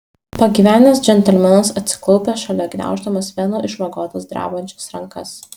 pagyvenęs džentelmenas atsiklaupė šalia gniauždamas venų išvagotas drebančias rankas